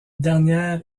dernière